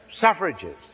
suffrages